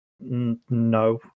no